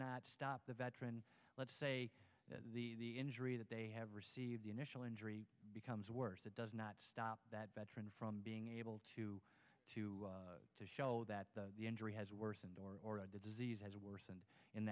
not stop the veteran let's say that the injury that they have received the initial injury becomes worse it does not stop that veteran from being able to to to show that the injury has worsened or or a disease has worsened in